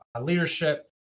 leadership